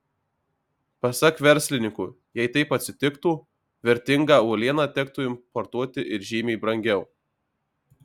pasak verslininkų jei taip atsitiktų vertingą uolieną tektų importuoti ir žymiai brangiau